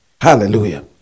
Hallelujah